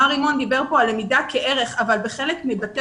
מר רימון דיבר כאן על למידה כערך אבל בחלק מבתי